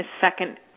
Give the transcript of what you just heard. second